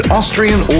Austrian